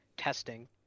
Testing